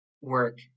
work